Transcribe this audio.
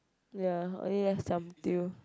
ya only left siam diu